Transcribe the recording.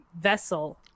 vessel